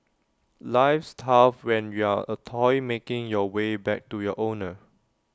life's tough when you're A toy making your way back to your owner